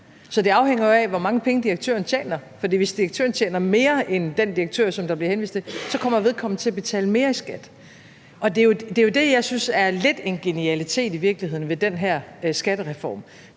så det afhænger jo af, hvor mange penge direktøren tjener, for hvis direktøren tjener mere end den direktør, som der bliver henvist til, kommer vedkommende til at betale mere i skat. Det er jo det, som jeg i virkeligheden synes er lidt af en genialitet ved den her skattereform,